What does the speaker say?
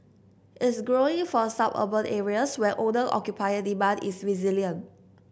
is growing for suburban areas where owner occupier demand is resilient